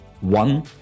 One